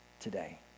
today